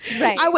Right